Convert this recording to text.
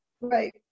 Right